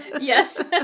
yes